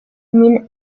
min